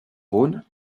rhône